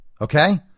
Okay